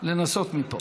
לנסות מפה.